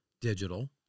digital